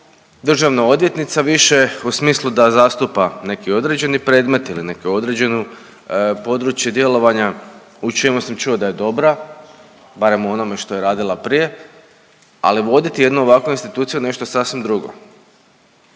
državna odvjetnica više u smislu da zastupa neki određeni predmet ili neko određeno područje djelovanja u čemu sam čuo da je dobra, barem u onome što je radila prije, ali voditi jednu ovakvu instituciju nešto je sasvim drugo.